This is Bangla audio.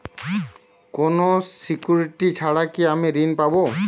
কোনো সিকুরিটি ছাড়া কি আমি ঋণ পাবো?